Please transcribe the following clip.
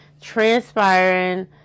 transpiring